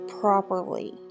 properly